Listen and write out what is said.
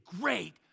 great